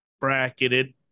bracketed